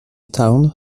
town